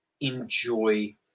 enjoy